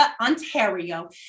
Ontario